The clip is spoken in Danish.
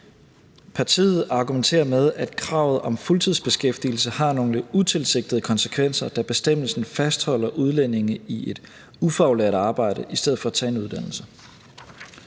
Partiet argumenterer med, at kravet om fuldtidsbeskæftigelse har nogle utilsigtede konsekvenser, da man med bestemmelsen fastholder udlændinge i et ufaglært arbejde i stedet for at lade dem tage en uddannelse.